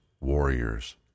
warriors